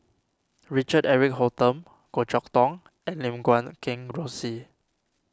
Richard Eric Holttum Goh Chok Tong and Lim Guat Kheng Rosie